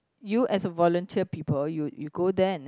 you as a volunteer people you you go there and then